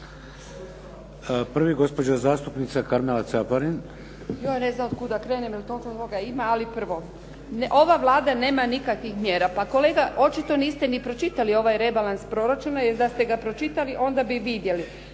**Caparin, Karmela (HDZ)** Joj, ne znam otkud da krenem jer toliko toga nema, ali prvo. Ova Vlada nema nikakvih mjera. Pa kolega, očito niste ni pročitali ovaj rebalans proračuna, jer da ste ga pročitali onda bi vidjeli